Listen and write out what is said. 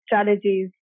strategies